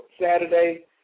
Saturday